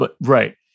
Right